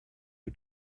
who